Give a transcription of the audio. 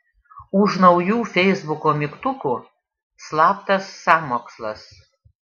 už naujų feisbuko mygtukų slaptas sąmokslas